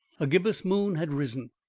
a gibbous moon had risen,